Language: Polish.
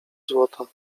złota